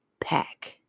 pack